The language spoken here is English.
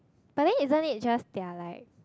but then isn't it just they are like